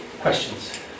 questions